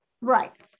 right